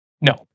No